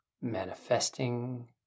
manifesting